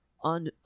on